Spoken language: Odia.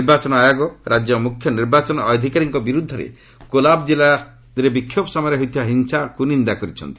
ନିର୍ବାଚନ ଆୟୋଗ ରାଜ୍ୟ ମୁଖ୍ୟ ନିର୍ବାଚନ ଅଧିକାରୀଙ୍କ ବିରୋଧରେ କୋଲାସିବ୍ କିଲ୍ଲାରେ ବିକ୍ଷୋଭ ସମୟରେ ହୋଇଥିବା ହିଂସାର ନିନ୍ଦା କରିଛନ୍ତି